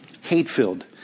hate-filled